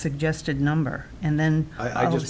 suggested number and then i just